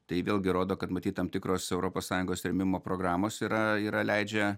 tai vėlgi rodo kad matyt tam tikros europos sąjungos rėmimo programos yra yra leidžia